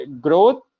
growth